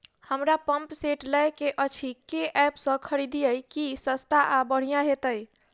हमरा pump set लय केँ अछि केँ ऐप सँ खरिदियै की सस्ता आ बढ़िया हेतइ?